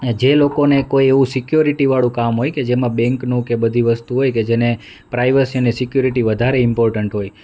જે લોકોને કોઈ એવું સિક્યોરિટી વાળું કામ હોય કે જેમાં બેન્કનું કે બધી વસ્તુ હોય કે જેને પ્રાઈવસીને સિક્યોરિટી વધારે ઇમ્પોર્ટન્ટ હોય